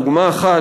דוגמה אחת,